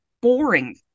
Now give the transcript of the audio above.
boring